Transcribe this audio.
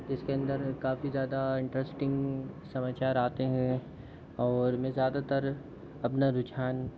इसके अंदर काफ़ी ज़्यादा इंट्रस्टिंग समाचार आते हैं और में ज़्यादातर अपना रुझान